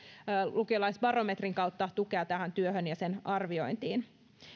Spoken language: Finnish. lukiolaisbarometrin kautta tukea tähän työhön ja sen arviointiin